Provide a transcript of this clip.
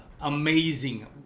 Amazing